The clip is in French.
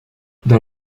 dans